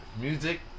Music